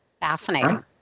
Fascinating